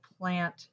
plant